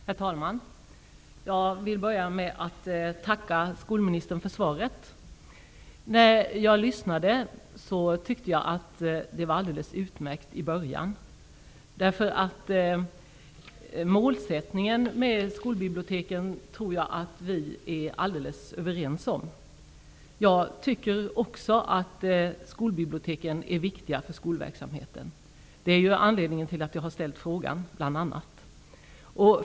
Herr talman! Jag vill börja med att tacka skolministern för svaret. När jag lyssnade tyckte jag att det var alldeles utmärkt i början. Jag tror nämligen att vi är alldeles överens om målsättningen med skolbiblioteken. Också jag anser att skolbiblioteken är viktiga för skolverksamheten; bl.a. det är ju anledningen till att jag har ställt frågan.